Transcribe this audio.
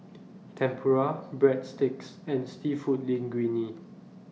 Tempura Breadsticks and Seafood Linguine